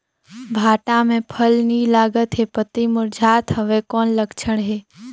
भांटा मे फल नी लागत हे पतई मुरझात हवय कौन लक्षण हे?